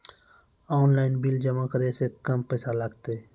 Online bill जमा करै से कम पैसा लागतै?